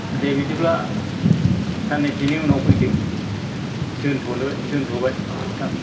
दे बिदिब्ला साननैसोनि उनाव फैदो दोनथ'बाय नोंथां